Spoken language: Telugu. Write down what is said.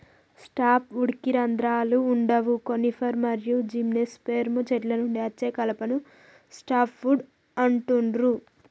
సాఫ్ట్ వుడ్కి రంధ్రాలు వుండవు కోనిఫర్ మరియు జిమ్నోస్పెర్మ్ చెట్ల నుండి అచ్చే కలపను సాఫ్ట్ వుడ్ అంటుండ్రు